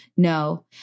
no